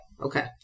Okay